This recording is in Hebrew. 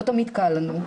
לא תמיד קל לנו,